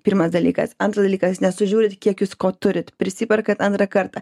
pirmas dalykas antras dalykas nesužiūrit kiek jūs ko turit prisiperkat antrą kartą